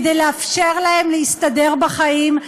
כדי לאפשר להם להסתדר בחיים,